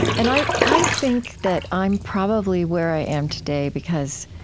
and i i think that i'm probably where i am today because,